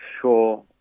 sure